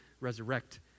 resurrect